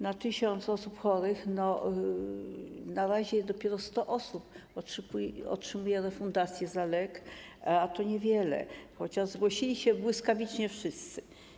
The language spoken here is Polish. Na 1 tys. osób chorych na razie dopiero 100 osób otrzymuje refundację za lek, a to niewiele, chociaż zgłosili się błyskawicznie wszyscy.